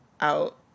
out